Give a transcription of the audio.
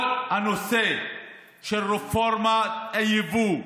כל הנושא של רפורמת היבוא,